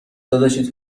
داداشی